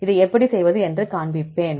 இதை எப்படி செய்வது என்று காண்பிப்பேன்